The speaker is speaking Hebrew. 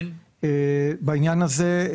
בעניין הזה,